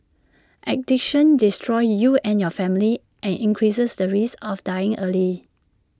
addiction destroys you and your family and increases the risk of dying early